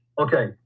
okay